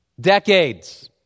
decades